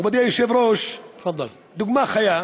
מכובדי היושב-ראש, דוגמה חיה,